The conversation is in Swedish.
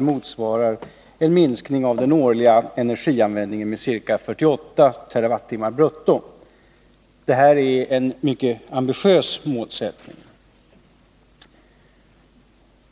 motsvara en minskning av den årliga energianvändningen med ca 48 TWh brutto. Det är en mycket ambitiös målsättning.